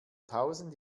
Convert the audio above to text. tausend